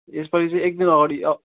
यसपालि चाहिँ एकदिन अगाडि आऊ